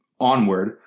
onward